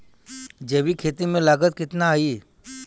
जैविक खेती में लागत कितना आई?